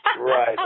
Right